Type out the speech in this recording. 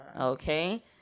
Okay